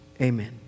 Amen